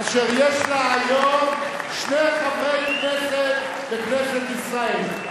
אשר יש לה היום שני חברי כנסת בכנסת ישראל,